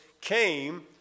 came